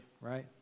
right